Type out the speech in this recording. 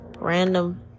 random